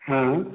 हाँ